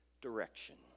direction